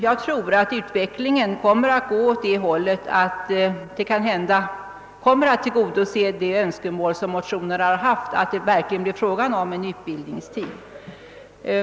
Jag tror att utvecklingen kanske kommer att tillgodose de önskemål, som motionärerna har haft, så att det verkligen blir fråga om en utbildning.